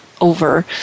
over